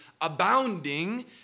abounding